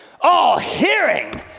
all-hearing